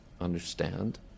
understand